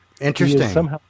Interesting